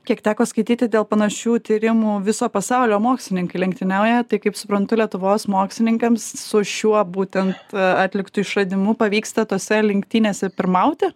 kiek teko skaityti dėl panašių tyrimų viso pasaulio mokslininkai lenktyniauja tai kaip suprantu lietuvos mokslininkams su šiuo būtent atliktu išradimu pavyksta tose lenktynėse pirmauti